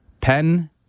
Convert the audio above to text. pen